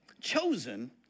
chosen